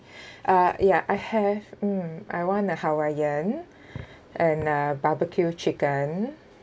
uh ya I have mm I want a hawaiian and a barbecue chicken